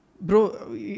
Bro